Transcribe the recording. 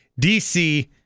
DC